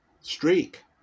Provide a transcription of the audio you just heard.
streak